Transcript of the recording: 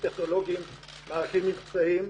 טכנולוגיים ומבצעיים.